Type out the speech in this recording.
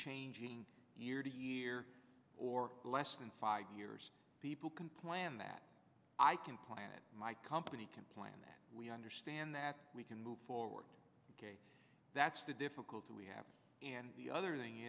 changing year to year or less than five years people can plan that i can my company can plan that we understand that we can move forward that's the difficulty we have and the other thing